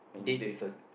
date with a